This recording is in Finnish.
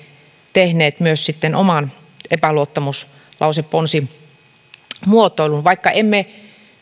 tehneet myös sitten oman epäluottamuslauseponsimuotoilumme vaikka emme